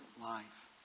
life